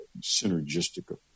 synergistic